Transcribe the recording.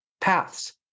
paths